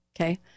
okay